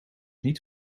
niet